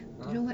!huh!